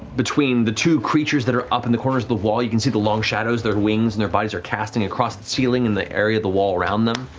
between the two creatures that are up in the corners of the wall you can see the long shadows, their wings and their bodies are casting across the ceiling in the area of the wall around them.